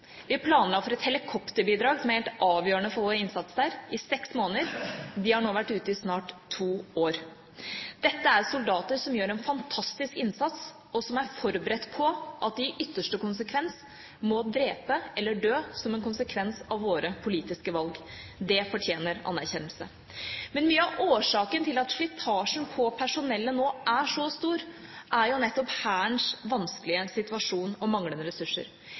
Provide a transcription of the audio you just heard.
for et helikopterbidrag, som er helt avgjørende for vår innsats der, i seks måneder. De har nå vært ute i snart to år. Dette er soldater som gjør en fantastisk innsats, og som er forberedt på at de i ytterste konsekvens må drepe eller dø som en følge av våre politiske valg. Det fortjener anerkjennelse. Men mye av årsaken til at slitasjen på personellet nå er så stor, er jo nettopp Hærens vanskelige situasjon og manglende ressurser.